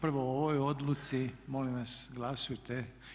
Prvo o ovoj odluci molim vas glasujte.